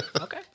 Okay